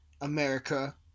America